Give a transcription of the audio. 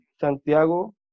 Santiago